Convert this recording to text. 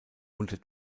unter